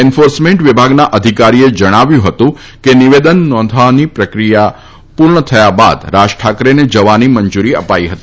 enforcement વિભાગના અધિકારીએ જણાવ્યું હતું કે નિવેદન નોંધવાની કામગીરી પૂર્ણ થયા બાદ રાજ ઠાકરેને જવાની મંજુરી અપાઈ હતી